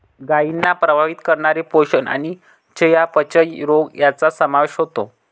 गायींना प्रभावित करणारे पोषण आणि चयापचय रोग यांचा समावेश होतो